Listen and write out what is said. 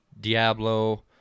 Diablo